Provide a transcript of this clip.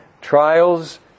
trials